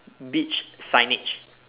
beach signage